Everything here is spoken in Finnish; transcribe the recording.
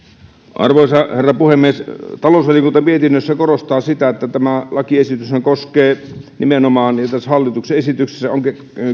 arvoisa herra puhemies talousvaliokunta mietinnössään korostaa sitä että tämä lakiesityshän koskee ja tässä hallituksen esityksessä on